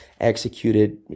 executed